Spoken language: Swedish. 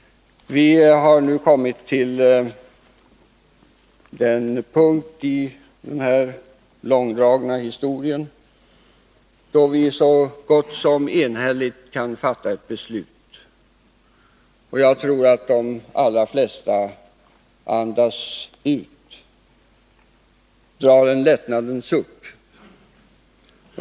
Vi har nu kommit till den punkt i den här långdragna historien då vi kan fatta ett så gott som enhälligt beslut. Jag tror att de allra flesta drar en lättnadens suck.